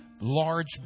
large